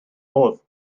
modd